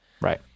right